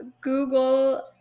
Google